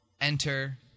enter